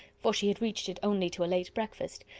for she had reached it only to a late breakfast,